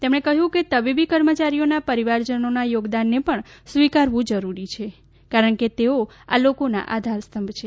તેમણે કહ્યું કે તબીબી કર્મચારીઓના પરિવારજનોના યોગદાનને પણ સ્વીકારવું જરૂરી છે કારણ કે તેઓ આ લોકોના આધારસ્તંભ છે